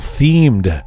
themed